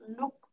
look